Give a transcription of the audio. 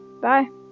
Bye